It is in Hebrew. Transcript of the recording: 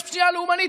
פשיעה לאומנית.